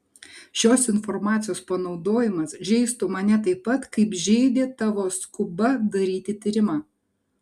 šios informacijos panaudojimas žeistų mane taip pat kaip žeidė tavo skuba daryti tyrimą